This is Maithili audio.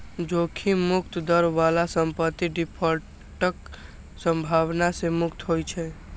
जोखिम मुक्त दर बला संपत्ति डिफॉल्टक संभावना सं मुक्त होइ छै